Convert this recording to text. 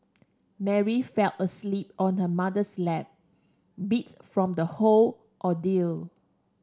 Mary fell asleep on her mother's lap beat from the whole ordeal